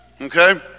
Okay